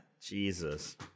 Jesus